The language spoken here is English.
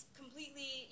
completely